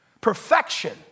perfection